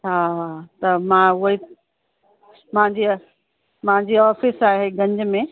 हा हा त मां उहो ई मांजी मांजी ऑफ़िस आहे गंज में